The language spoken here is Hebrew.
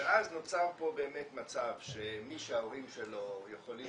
ואז נוצר פה באמת מצב שמי שההורים שלו יכולים